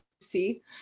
see